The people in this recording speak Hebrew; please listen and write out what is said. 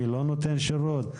מי לא נותן שירות,